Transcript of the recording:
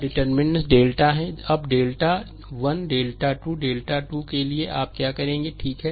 यह determinant delta है अब डेल्टा 1 डेल्टा 2 डेल्टा 2 के लिए आप क्या करेंगे ठीक है